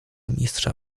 mistrza